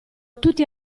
tutti